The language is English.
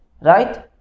Right